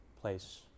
place